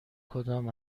کدام